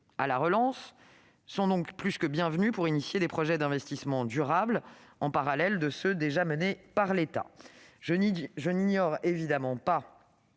à la relance sont donc plus que bienvenues pour développer des projets d'investissement durables, en parallèle de ceux déjà menés par l'État ! Je n'ignore évidemment pas